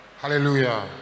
Hallelujah